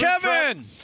Kevin